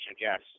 yes